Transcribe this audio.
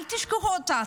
אל תשכחו אותה.